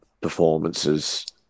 performances